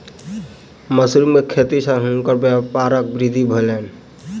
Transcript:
mushroom के खेती सॅ हुनकर व्यापारक वृद्धि भेलैन